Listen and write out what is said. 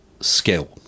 skill